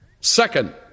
Second